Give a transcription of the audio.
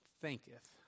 Thinketh